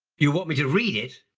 you want me to read it?